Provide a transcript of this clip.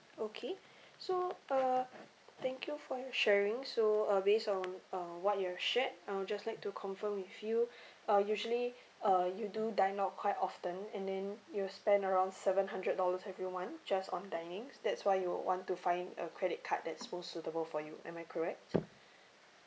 okay so uh thank you for your sharing so uh based on uh what you have shared I would just like to confirm with you uh usually uh you do dine out quite often and then you spend around seven hundred dollars every month just on dining that's why you want to find a credit card that's most suitable for you am I correct